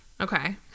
okay